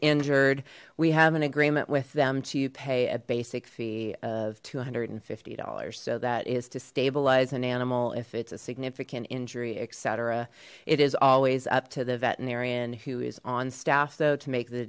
injured we have an agreement with them to pay a basic fee of two hundred and fifty dollars so that is to stabilize an animal if it's a significant injury etc it is always up to the veterinarian who is on staff though to make the